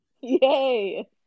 Yay